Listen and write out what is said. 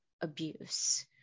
abuse